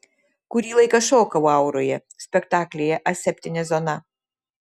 kurį laiką šokau auroje spektaklyje aseptinė zona